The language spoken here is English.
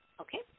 Okay